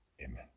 Amen